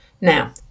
Now